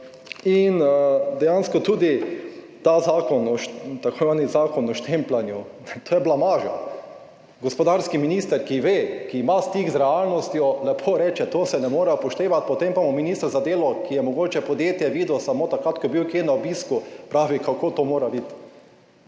imenovani zakon o štempljanju – to je blamaža. Gospodarski minister, ki ve, ki ima stik z realnostjo, lepo reče, to se ne more upoštevati, potem pa mu minister za delo, ki je mogoče podjetje videl samo takrat, ko je bil kje na obisku, pravi, kako to mora biti.